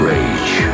Rage